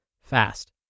fast